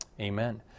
Amen